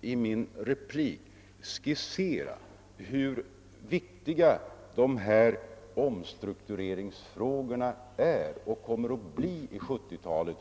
i min replik skissera hur viktiga dessa omstruktureringar är och kommer att bli under 1970-talet.